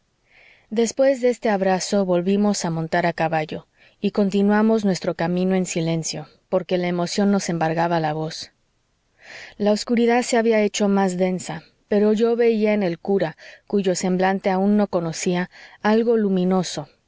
después de este abrazo volvimos a montar a caballo y continuamos nuestro camino en silencio porque la emoción nos embargaba la voz la obscuridad se había hecho más densa pero yo veía en el cura cuyo semblante aun no conocía algo luminoso